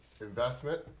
investment